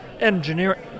engineering